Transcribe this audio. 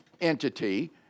entity